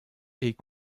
est